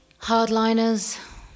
Hardliners